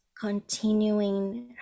continuing